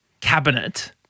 cabinet